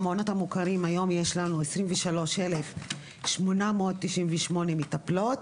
במעונות המוכרים היום יש לנו 23,898 מטפלות.